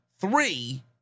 three